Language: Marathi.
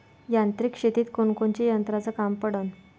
यांत्रिक शेतीत कोनकोनच्या यंत्राचं काम पडन?